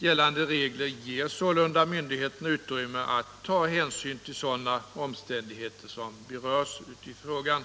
Gällande regler ger sålunda myndigheterna utrymme att ta hänsyn till sådana omständigheter som berörs i frågan.